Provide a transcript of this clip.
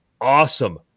awesome